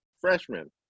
freshman